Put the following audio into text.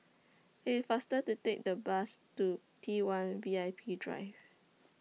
IT IS faster to Take The Bus to T one V I P Drive